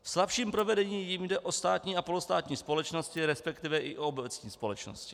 V slabším provedení jim jde o státní a polostátní společnosti, resp. i o obecní společnosti.